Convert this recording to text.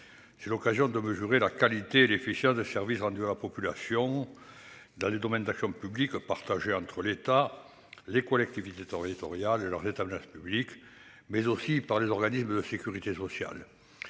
offre l'occasion de mesurer la qualité et l'efficience des services rendus à la population dans les domaines d'action publique partagés entre l'État, les collectivités territoriales et leurs établissements publics, mais également les organismes de sécurité sociale.